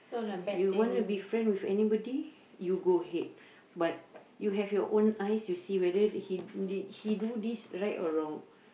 you wanna be friend with anybody you go ahead but you have your own eyes you see whether he d~ he do this right or wrong